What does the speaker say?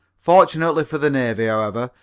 fortunately for the navy, however,